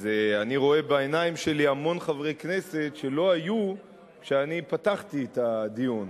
אז אני רואה בעיניים שלי המון חברי כנסת שלא היו כשאני פתחתי את הדיון,